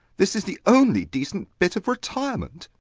this is the only decent bit of retirement.